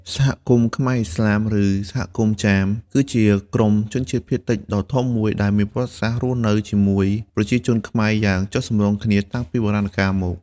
សហគមន៍ខ្មែរឥស្លាម ឬសហគមន៍ចាម គឺជាក្រុមជនជាតិភាគតិចដ៏ធំមួយដែលមានប្រវត្តិសាស្ត្ររស់នៅជាមួយប្រជាជនខ្មែរយ៉ាងចុះសម្រុងគ្នាតាំងពីបុរាណកាលមក។